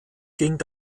ging